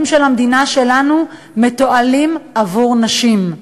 של המדינה שלנו מתועלים עבור נשים.